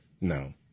no